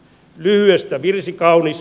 lyhyestä virsi kaunis